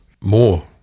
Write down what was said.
more